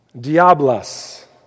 Diablos